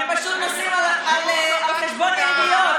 הם פשוט נוסעים על חשבון העיריות.